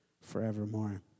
forevermore